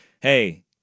hey